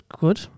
good